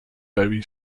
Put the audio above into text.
berry